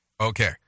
Okay